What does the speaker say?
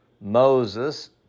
Moses